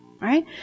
Right